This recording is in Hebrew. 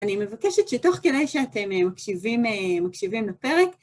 אני מבקשת שתוך כדי שאתם מקשיבים, מקשיבים לפרק,